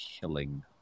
killing